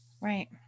Right